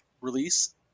release